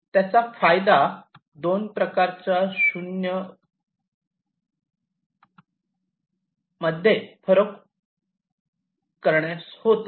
त्याचा फायदा दोन प्रकारच्या 0 मध्ये फरक करण्यास होतो